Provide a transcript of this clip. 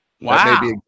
Wow